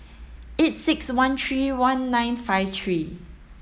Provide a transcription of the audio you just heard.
eight six one three one nine five three